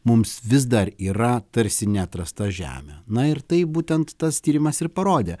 mums vis dar yra tarsi neatrasta žemė na ir tai būtent tas tyrimas ir parodė